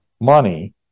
money